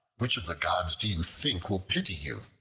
which of the gods do you think will pity you?